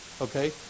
okay